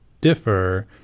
differ